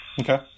Okay